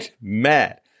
mad